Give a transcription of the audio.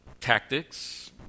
tactics